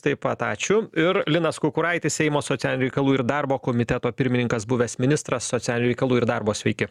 taip pat ačiū ir linas kukuraitis seimo socialinių reikalų ir darbo komiteto pirmininkas buvęs ministras socialinių reikalų ir darbo sveiki